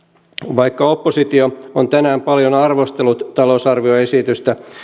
vaikka oppositio on tänään paljon arvostellut talousarvioesitystä